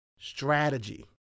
Strategy